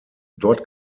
dort